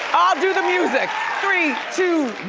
i'll do the music. three, two,